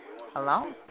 Hello